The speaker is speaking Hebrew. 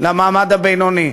למעמד הבינוני,